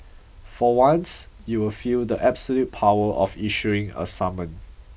for once you'll feel the absolute power of issuing a summon